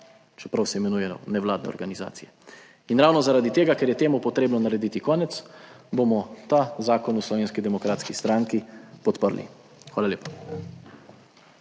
čeprav se imenujejo nevladne organizacije. Ravno zaradi tega, ker je temu potrebno narediti konec, bomo ta zakon v Slovenski demokratski stranki podprli. Hvala lepa.